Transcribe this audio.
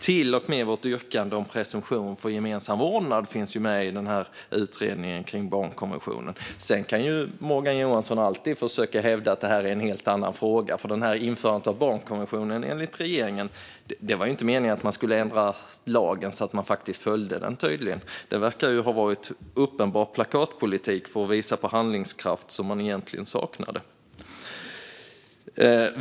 Till och med vårt yrkande om presumtion för gemensam vårdnad finns med i utredningen. Sedan kan Morgan Johansson alltid försöka hävda att det är en helt annan fråga. När det gäller införandet av barnkonventionen, enligt regeringen, var det tydligen inte meningen att lagen skulle ändras så att den faktiskt följs. Det verkar ha varit uppenbar plakatpolitik för att visa på handlingskraft som man egentligen saknade.